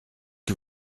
que